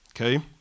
Okay